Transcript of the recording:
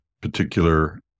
particular